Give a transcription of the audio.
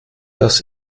das